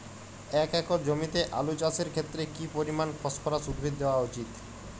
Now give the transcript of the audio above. এক একর জমিতে আলু চাষের ক্ষেত্রে কি পরিমাণ ফসফরাস উদ্ভিদ দেওয়া উচিৎ?